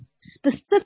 specific